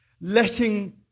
Letting